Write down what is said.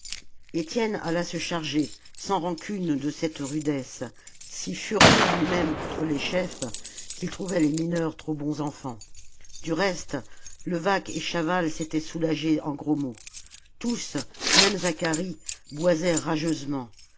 étienne alla se charger sans rancune de cette rudesse si furieux lui-même contre les chefs qu'il trouvait les mineurs trop bons enfants du reste levaque et chaval s'étaient soulagés en gros mots tous même zacharie boisaient rageusement